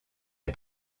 les